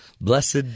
Blessed